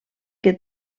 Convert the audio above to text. que